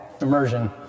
immersion